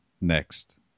next